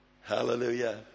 Hallelujah